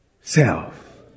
self